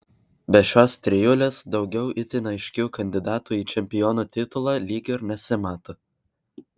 be šios trijulės daugiau itin aiškių kandidatų į čempiono titulą lyg ir nesimato